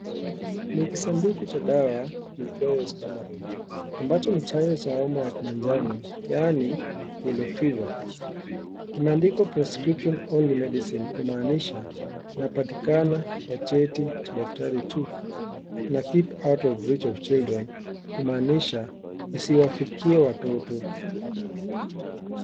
Ni kisanduku cha dawa iitwayo Stamaril ambacho ni chanjo cha homa ya manjano yaani yellow fever . Imeandikwa Prescription Only Medicine kumaanisha inapatikana kwa cheti cha daktari tu. Na Keep out of reach of children kumaanisha isiwafikie watoto.